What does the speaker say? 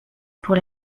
pour